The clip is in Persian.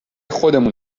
خودمون